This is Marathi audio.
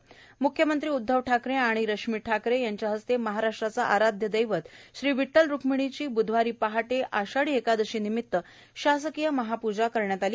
म्ख्यमंत्री उद्धव ठाकरे आणि रश्मी ठाकरे यांच्या हस्ते महाराष्ट्राचे आराध्य दैवत श्री विठ्ठल रुक्मिणीची बुधवारी पहाटे आषाढी एकादशीनिमित्त शासकीय महापूजा करण्यात आली